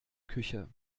küche